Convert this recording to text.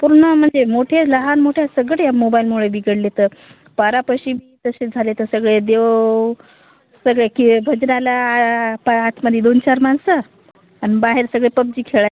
पूर्ण म्हणजे मोठे लहान मोठ्या सगळे या मोबाईलमुळे बिघडलेत पारापाशी बी तसे झालेत सगळे देव सगळे की भजनाला पा आठमदी दोन चार माणसं अन बाहेर सगळे पबजी खेळाय